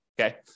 Okay